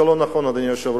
זה לא נכון, אדוני היושב-ראש.